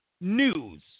news